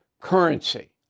currency